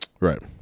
Right